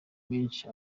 menshi